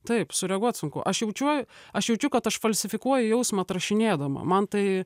taip sureaguot sunku aš jaučiuo aš jaučiu kad aš falsifikuoju jausmą atrašinėdama man tai